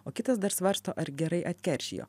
o kitas dar svarsto ar gerai atkeršijo